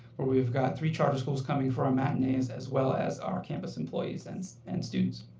where we've got three charter schools coming for our matinees, as well as our campus employees and and students.